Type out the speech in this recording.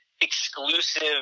exclusive